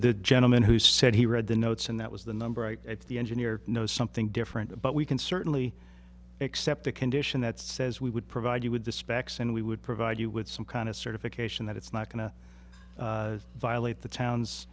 the gentleman who said he read the notes and that was the number at the engineer knows something different but we can certainly accept the condition that says we would provide you with the specs and we would provide you with some kind of certification that it's not going to violate the towns